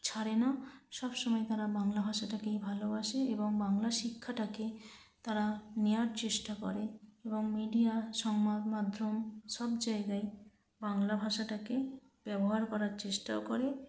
ছাড়ে না সব সময় তারা বাংলা ভাষাটাকেই ভালোবাসে এবং বাংলা শিক্ষাটাকে তারা নেওয়ার চেষ্টা করে এবং মিডিয়া সংবাদমাধ্যম সব জায়গায় বাংলা ভাষাটাকেই ব্যবহার করার চেষ্টাও করে